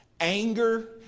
anger